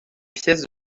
pièces